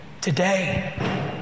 Today